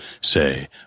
say